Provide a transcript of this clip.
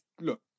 look